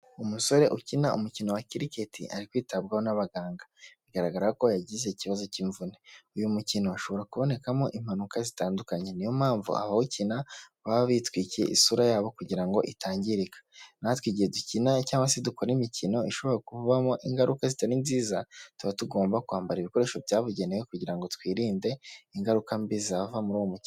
Umusore ukina umukino wa kiriketi ari kwitabwaho n'abaganga, bigaragara ko yagize ikibazo cy'imvune. Uyu mukino hashobora kubonekamo impanuka zitandukanye, niyo mpamvu abawukina baba bitwikiriye isura yabo kugira ngo itangirika. Natwe igihe dukina cyangwa se dukora imikino ishobora kuvamo ingaruka zitari nziza, tuba tugomba kwambara ibikoresho byabugenewe. Kugira ngo twirinde ingaruka mbi zava muri uwo mukino.